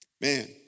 Man